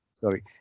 sorry